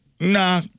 Nah